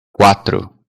quatro